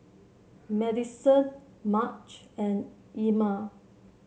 Madyson Marge and Ilma